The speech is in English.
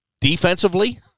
defensively